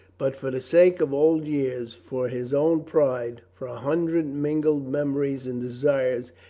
but for the sake of old years, for his own pride, for a hundred mingled memories and desires,